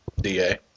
Da